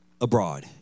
abroad